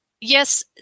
yes